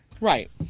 Right